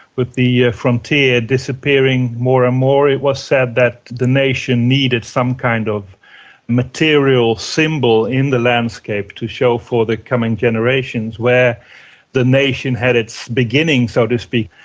with the yeah frontier disappearing more and more it was said that the nation needed some kind of material symbol in the landscape to show for the coming generations where the nation had its beginning, so to speak.